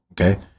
Okay